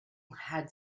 had